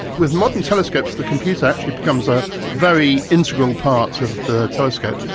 with modern telescopes the computer actually but comes a very integral part of the telescope.